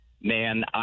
man